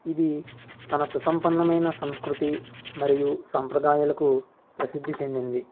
ఇది తన సుసంపన్నమైన సంస్కృతి మరియు సాంప్రదాయాలకు ప్రసిద్ధి చెందింది